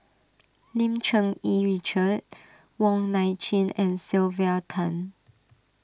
Lim Cherng Yih Richard Wong Nai Chin and Sylvia Tan